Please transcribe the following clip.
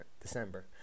December